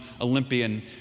Olympian